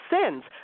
sins